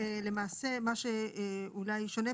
הסבר 89 שי לחג